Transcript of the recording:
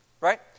right